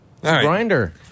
Grinder